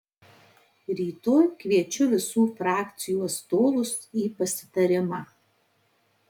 rytoj kviečiu visų frakcijų atstovus į pasitarimą